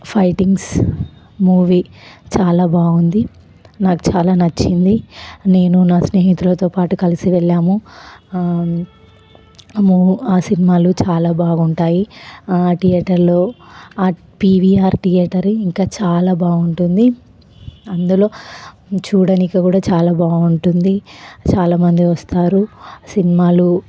fightings movie చాలా బాగుంది నాకు చాలా నచ్చింది నేను నా స్నేహితులతో పాటు కలిసి వెళ్ళాము ఆ ము ఆ సినిమాలో చాలా బాగుంటాయి ఆ థియేటర్లో ఆ పివిఆర్ థియేటర్ ఇంకా చాలా బాగుంటుంది అందులో చూడటానికి కూడా చాలా బాగుంటుంది చాలామంది వస్తారు సినిమాలు